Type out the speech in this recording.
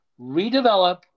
redevelop